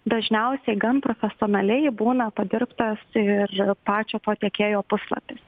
dažniausiai gan profesionaliai būna padirbtas ir pačio to tiekėjo puslapis